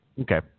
Okay